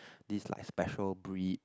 these like special breed